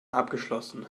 abgeschlossen